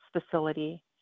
facility